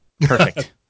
Perfect